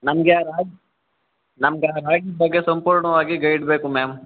ನಮಗೆ ರಾಗಿ ನಮ್ಗೆ ರಾಗಿ ಬಗ್ಗೆ ಸಂಪೂರ್ಣವಾಗಿ ಗೈಡ್ ಬೇಕು ಮ್ಯಾಮ್